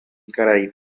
karai